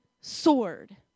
sword